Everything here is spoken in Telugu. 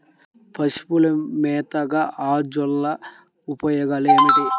పశువుల మేతగా అజొల్ల ఉపయోగాలు ఏమిటి?